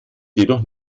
jedoch